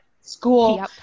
school